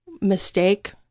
mistake